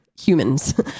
humans